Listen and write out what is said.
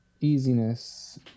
easiness